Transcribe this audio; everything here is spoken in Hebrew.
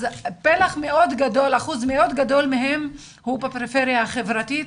אז אחוז מאוד גדול מהם הוא בפריפריה החברתית